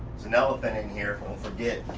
there's an elephant in here, don't forget.